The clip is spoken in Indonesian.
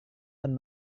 dan